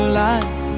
life